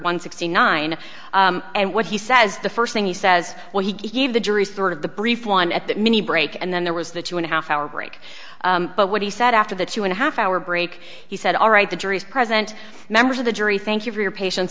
one sixty nine and what he says the first thing he says well he gave the jury sort of the brief one at that mini break and then there was the two and a half hour break but what he said after the two and a half hour break he said all right the jury is present members of the jury thank you for your patience